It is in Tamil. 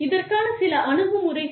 இதற்கான சில அணுகுமுறைகள்